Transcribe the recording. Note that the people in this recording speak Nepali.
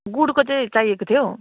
गुडको चाहिँ चाहिएको थियो हौ